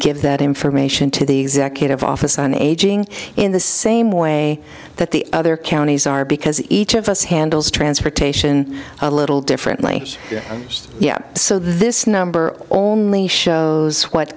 give that information to the kit of office on aging in the same way that the other counties are because each of us handles transportation a little differently yeah so this number only shows what